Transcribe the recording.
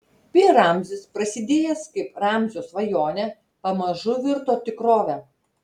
pi ramzis prasidėjęs kaip ramzio svajonė pamažu virto tikrove